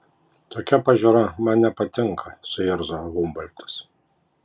tokia pažiūra man nepatinka suirzo humboltas